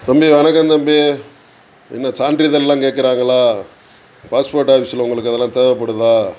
தம்பி வணக்கம் தம்பி என்ன சான்றிதழ் இதெல்லாம் கேட்கறாகளா பாஸ்போர்ட் ஆஃபீஸில் உங்களுக்கு அதெல்லாம் தேவைப்படுதா